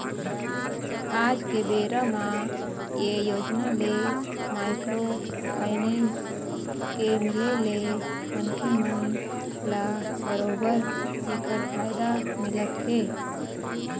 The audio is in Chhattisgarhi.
आज के बेरा म ये योजना ले माइक्रो फाइनेंस के मिले ले मनखे मन ल बरोबर ऐखर फायदा मिलत हे